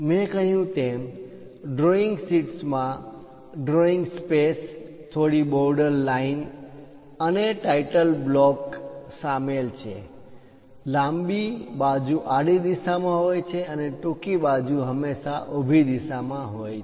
મેં કહ્યું તેમ ડ્રોઇંગ શીટમાં ડ્રોઇંગ સ્પેસ થોડી બોર્ડર લાઈન હાંસિયો અને ટાઈટલ બ્લોક શીર્ષક બ્લોક title block શામેલ છે લાંબી બાજુ આડી દિશામાં હોય છે ટૂંકી બાજુ હંમેશા ઊભી દિશામાં હોય છે